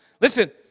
Listen